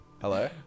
Hello